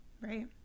Right